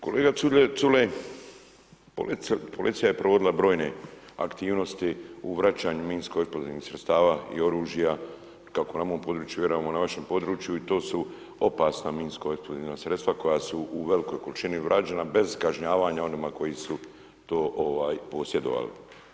Kolega Culej, policija je provodila brojne aktivnosti u vraćanju minsko-eksplozivnih sredstava i oružja kako na mom području, vjerujem i na vašem području i to su opasna minsko-eksplozivna sredstva koja su u velikoj količini vraćena bez kažnjavanja onima koji su to posjedovali.